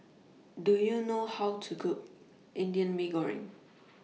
Do YOU know How to Cook Indian Mee Goreng